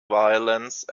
violence